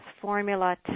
Formula